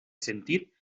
sentit